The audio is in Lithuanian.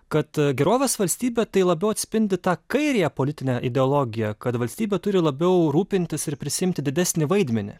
kad gerovės valstybė tai labiau atspindi tą kairiąją politinę ideologiją kad valstybė turi labiau rūpintis ir prisiimti didesnį vaidmenį